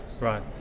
right